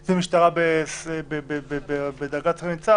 קצין משטרה בדרגת סגן-ניצב,